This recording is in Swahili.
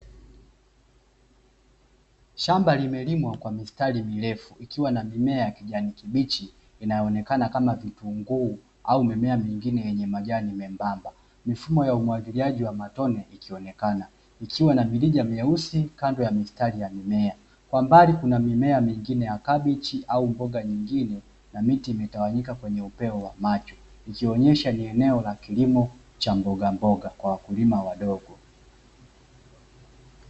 Shamba limelimwa kwa mistari mirefu likiwa na mimea ya kijani kibichi inayoonekana kama vitunguu au mimea mingine yenye majani membamba. Mifumo ya umwagiliaji wa matone ikionekana ikiwa na mirija myeusi kando ya mistari ya mimea. Kwa mbali kuna mimea mingine ya kabichi au mboga nyingine na miti imetawanyika kwenye upeo wa macho, ikionyesha ni eneo la kilimo cha mbogamboga kwa wakulima wadogo.